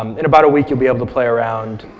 um in about a week, you'll be able to play around,